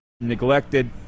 neglected